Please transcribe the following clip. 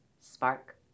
spark